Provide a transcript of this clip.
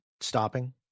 stopping